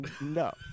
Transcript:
No